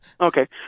Okay